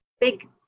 big